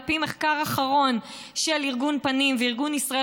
על פי מחקר אחרון של ארגון "פנים" וארגון "ישראל